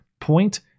point